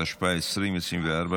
התשפ"ד 2024,